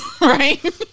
right